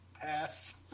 Pass